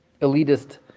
elitist